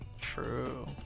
True